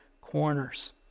corners